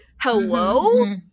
Hello